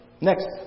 next